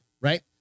right